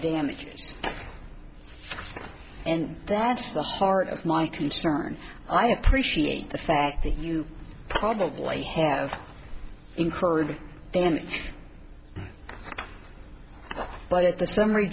damages and that's the heart of my concern i appreciate the fact that you probably have encouraged him but at the summary